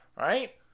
right